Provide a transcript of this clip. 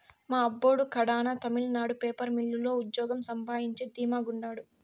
మా అబ్బోడు కడాన తమిళనాడు పేపర్ మిల్లు లో ఉజ్జోగం సంపాయించి ధీమా గుండారు